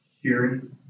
hearing